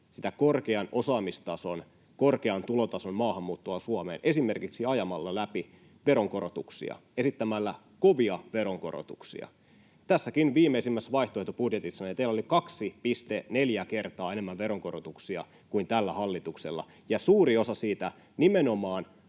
korkean osaamistason ja korkean tulotason maahanmuuttoa Suomeen esimerkiksi ajamalla läpi veronkorotuksia, esittämällä kovia veronkorotuksia. Tässäkin viimeisimmässä vaihtoehtobudjetissanne teillä oli 2,4 kertaa enemmän veronkorotuksia kuin tällä hallituksella, ja suuri osa siitä nimenomaan